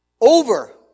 Over